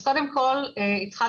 קודם כל התחלתי